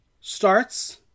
starts